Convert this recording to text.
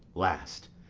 last,